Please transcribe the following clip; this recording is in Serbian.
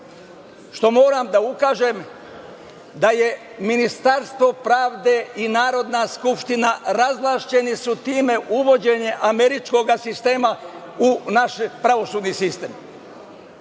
što moram da ukažem, da je Ministarstvo pravde i Narodna skupština, razvlašćeni su time uvođenjem američkog sistema u naš pravosudni